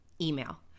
email